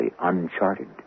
uncharted